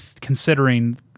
considering